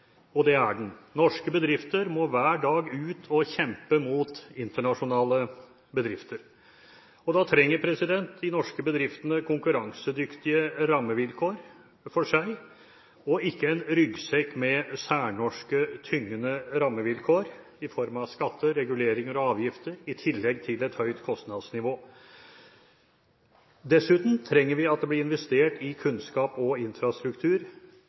og det er den. Norske bedrifter må hver dag ut og kjempe mot internasjonale bedrifter, og da trenger de norske bedriftene konkurransedyktige rammevilkår for seg og ikke en ryggsekk med særnorske, tyngende rammevilkår i form av skatter, reguleringer og avgifter i tillegg til et høyt kostnadsnivå. Dessuten trenger vi at det blir investert i kunnskap og infrastruktur